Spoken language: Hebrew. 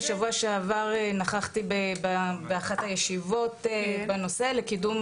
ושבוע שעבר נכחתי באחת הישיבות בנושא לקידום